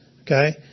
okay